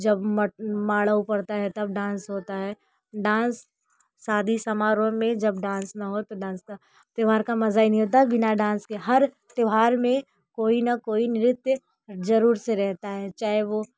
जब मड़ऊ पड़ता है तब डांस होता हैं डांस शादी समारोह में जब डांस न हो तो डांस का त्योहार का मज़ा ही नहीं होता बिना डांस के हर त्योहार में कोई न कोई नृत्य जरूर से रहता है चाहे वो